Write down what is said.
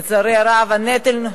לצערי הרב, הנטל,